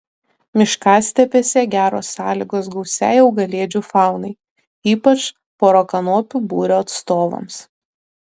miškastepėse geros sąlygos gausiai augalėdžių faunai ypač porakanopių būrio atstovams